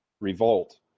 revolt